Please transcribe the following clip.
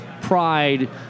pride